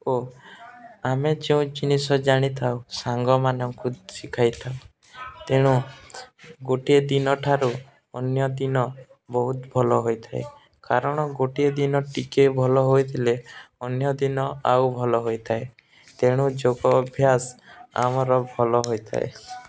ଓ ଆମେ ଯେଉଁ ଜିନିଷ ଜାଣି ଥାଉ ସାଙ୍ଗମାନଙ୍କୁ ଶିଖାଇଥାଉ ତେଣୁ ଗୋଟିଏ ଦିନଠାରୁ ଅନ୍ୟ ଦିନ ବହୁତ ଭଲ ହୋଇଥାଏ କାରଣ ଗୋଟିଏ ଦିନ ଟିକେ ଭଲ ହୋଇଥିଲେ ଅନ୍ୟ ଦିନ ଆଉ ଭଲ ହୋଇଥାଏ ତେଣୁ ଯୋଗ ଅଭ୍ୟାସ ଆମର ଭଲ ହୋଇଥାଏ